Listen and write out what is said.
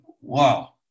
wow